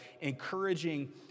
encouraging